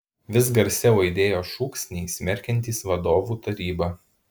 vis garsiau aidėjo šūksniai smerkiantys vadovų tarybą